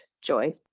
joy